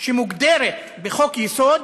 שמוגדרת בחוק-יסוד